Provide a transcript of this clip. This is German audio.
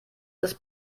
des